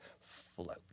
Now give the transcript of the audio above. float